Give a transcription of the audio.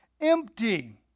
Empty